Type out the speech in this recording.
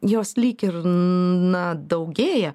jos lyg ir na daugėja